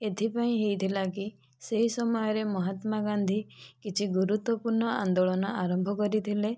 ଏଥିପାଇଁ ହୋଇଥିଲାକି ସେହି ସମୟରେ ମହାତ୍ମା ଗାନ୍ଧୀ କିଛି ଗୁରୁତ୍ୱପୂର୍ଣ୍ଣ ଆନ୍ଦୋଳନ ଆରମ୍ଭ କରିଥିଲେ